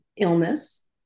illness